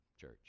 church